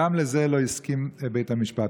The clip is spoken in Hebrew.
גם לזה לא הסכים בית המשפט.